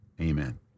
amen